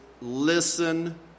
listen